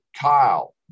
Kyle